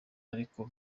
ariko